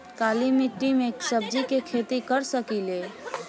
काली मिट्टी में सब्जी के खेती कर सकिले?